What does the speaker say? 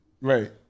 right